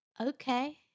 Okay